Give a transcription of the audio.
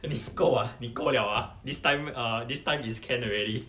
你够啊你够了啊 this time err this time is can already